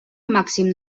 màxim